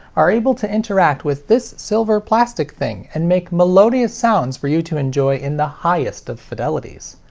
are able to interact with this silver plastic thing and make melodious sounds for you to enjoy in the highest of fidelities.